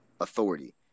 authority